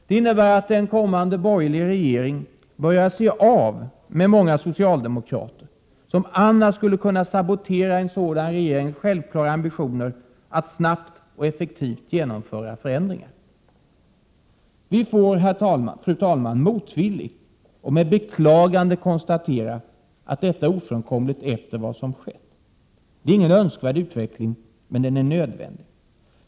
Det innebär att en kommande borgerlig regering bör göra sig av med många socialdemokrater, som annars skulle kunna sabotera en sådan regerings självklara ambitioner att snabbt och effektivt genomföra förändringar. Vi får, fru talman, motvilligt och med beklagande konstatera att detta är ofrånkomligt efter vad som har skett. Det är ingen önskvärd utveckling, men den är nödvändig.